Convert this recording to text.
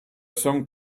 some